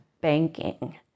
banking